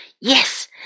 Yes